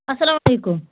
اسلام علیکُم